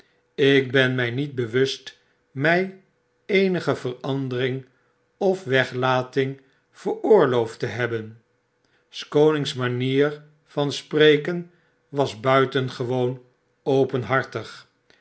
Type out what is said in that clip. jk ben mij niet bewust my eenige verandering of weglating veroorloofd te hebben s konings manier van spreken was buitengewoon openhartig